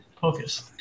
focus